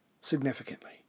significantly